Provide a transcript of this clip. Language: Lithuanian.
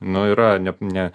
nu yra nep ne